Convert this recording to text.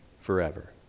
forever